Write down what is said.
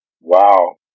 wow